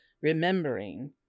remembering